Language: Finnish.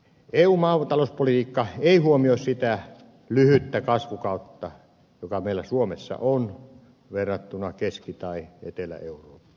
eun maatalouspolitiikka ei huomioi sitä lyhyttä kasvukautta joka meillä suomessa on verrattuna keski tai etelä eurooppaan